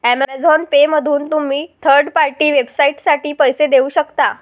Amazon पेमधून तुम्ही third party वेबसाइटसाठी पैसे देऊ शकता